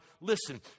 listen